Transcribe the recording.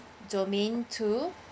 domain two